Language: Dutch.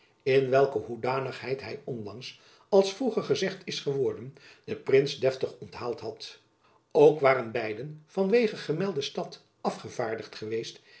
in welke hoedanigheid hy onlangs als vroeger gezegd is geworden den prins deftig onthaald had ook waren beiden van wege gemelde stad afgevaardigd geweest